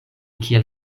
kiel